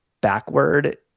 backward